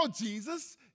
Jesus